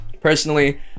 personally